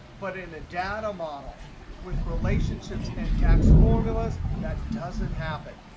but in a data model with relationships and dax formulas, that doesn't happen.